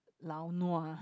lao nua